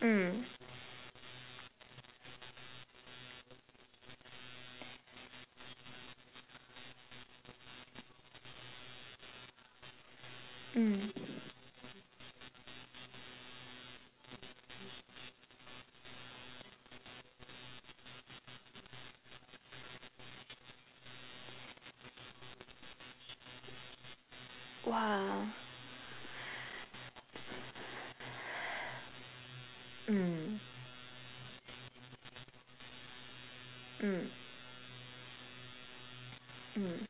mm mm !wah! mm mm mm